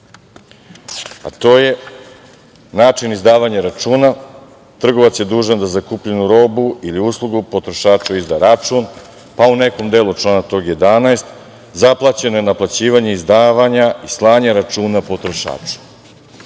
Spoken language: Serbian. a to je način izdavanja računa. Trgovac je dužan da za kupljenu robu ili uslugu potrošaču izda račun. Pa u nekom delu člana tog 11. zabranjeno je naplaćivanje izdavanja i slanja računa potrošaču.